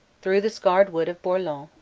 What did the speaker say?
through the scarred wood of bourlon,